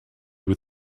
with